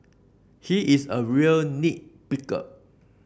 he is a real picker